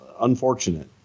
unfortunate